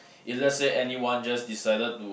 if let's say anyone just decided to